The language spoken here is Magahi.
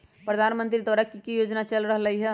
प्रधानमंत्री द्वारा की की योजना चल रहलई ह?